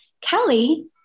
Kelly